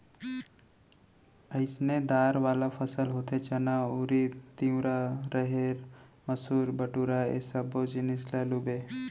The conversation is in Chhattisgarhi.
अइसने दार वाला फसल होथे चना, उरिद, तिंवरा, राहेर, मसूर, बटूरा ए सब्बो जिनिस ल लूबे